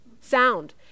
sound